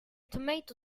tomato